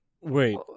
Wait